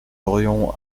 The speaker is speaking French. aurions